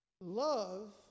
Love